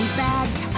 bags